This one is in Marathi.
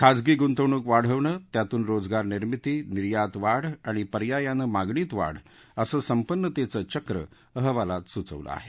खाजगी गुंतवणूक वाढवणं त्यातून रोजगार निर्मिती निर्यात वाढ आणि पर्यायाने मागणीत वाढ असं संपन्नतेचं चक्र अहवालात सुचवलं आहे